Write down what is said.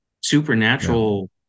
supernatural